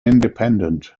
independent